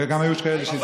וגם היו כאלה שהצביעו נגד.